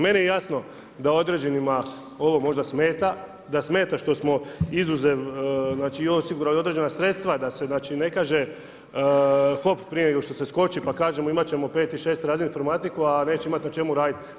Meni je jasno da određenima ovo možda smeta, da smeta što smo izuzev, znači i osigurali određena sredstva, da se znači ne kaže hop prije nego što se skoči pa kažemo imati ćemo 5. i 6. razred informatiku a nećemo imati na čemu raditi.